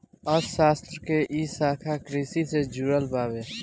अर्थशास्त्र के इ शाखा कृषि से जुड़ल बावे